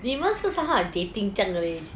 你们 somehow like dating 这样的 leh